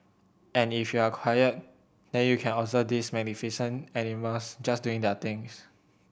and if you're quiet then you can observe these magnificent animals just doing their things